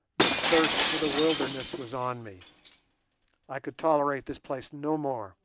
the thirst for the wilderness was on me i could tolerate this place no more